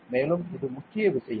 மேலும் இது முக்கிய விஷயம்